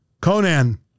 Conan